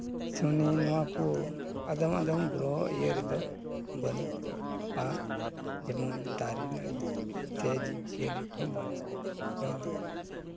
ᱥᱚᱱᱤ ᱱᱚᱣᱟ ᱠᱚ ᱟᱫᱚᱢ ᱟᱫᱚᱢ ᱜᱨᱚᱦᱚ ᱤᱭᱟᱹ ᱨᱮᱫᱚ ᱵᱟᱹᱱᱩᱜᱼᱟ ᱡᱮᱢᱚᱱ ᱫᱟᱨᱮᱼᱱᱟᱹᱲᱤ ᱥᱮ ᱡᱤᱵᱽᱼᱡᱤᱭᱟᱹᱞᱤ ᱠᱚᱦᱚᱸ ᱵᱟᱹᱱᱩᱜ ᱠᱚᱣᱟ ᱡᱮᱢᱚᱱ